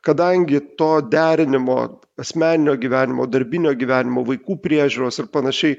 kadangi to derinimo asmeninio gyvenimo darbinio gyvenimo vaikų priežiūros ir panašiai